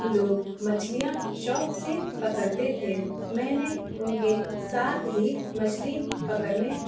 لوگ مچھلیاں شوق سے پکڑتے تھے میں نے ان کے ساتھ ہی مچھلی پکڑنے